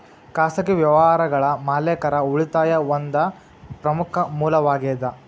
ಖಾಸಗಿ ವ್ಯವಹಾರಗಳ ಮಾಲೇಕರ ಉಳಿತಾಯಾ ಒಂದ ಪ್ರಮುಖ ಮೂಲವಾಗೇದ